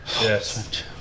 Yes